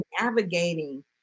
navigating